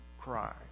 cry